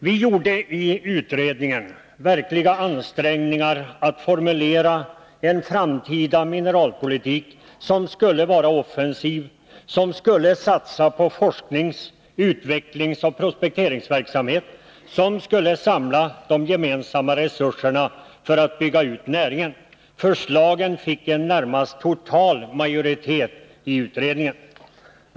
Vi gjorde i utredningen verkliga ansträngningar att formulera en framtida mineralpolitik som skulle vara offensiv, som skulle satsa på forsknings-, utvecklingsoch prospekteringsverksamhet, som skulle samla de gemensamma resurserna för att bygga ut näringen. Förslagen fick en närmast total majoritet i utredningen.